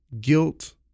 guilt